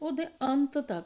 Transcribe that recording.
ਉਹਦੇ ਅੰਤ ਤਕ